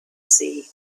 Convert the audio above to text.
sea